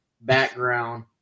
background